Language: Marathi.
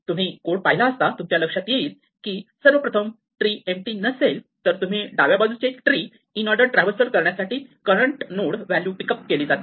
तुम्ही कोड पाहिला असता तुमच्या लक्षात येईल की सर्वप्रथम ट्री एम्पटी नसेल तर तुम्ही डाव्या बाजूच्या ट्री चे इनऑर्डर ट्रॅव्हल्सल करण्यासाठी करंट नोड व्हॅल्यू पिकअप केली जाते